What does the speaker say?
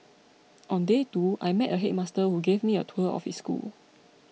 on day two I met a headmaster who gave me a tour of his school